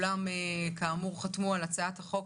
רשימה ארוכה זו חתמה על הצעת החוק